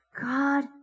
God